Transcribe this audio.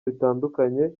bitandukanye